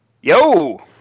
Yo